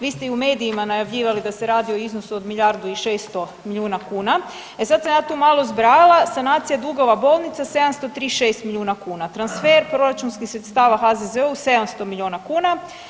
Vi ste i u medijima najavljivali da se radi o iznosu od milijardu i 600 milijuna kuna, e sad sam ja tu malo zbrajala, sanacija dugova bolnica 736 milijuna kuna, transfer proračunskih sredstava HZZO-u 700 miliona kuna.